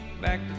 back